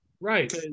Right